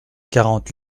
quarante